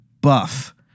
Buff